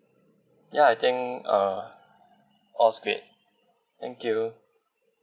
ya I think uh all's great thank you